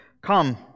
Come